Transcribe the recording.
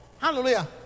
Hallelujah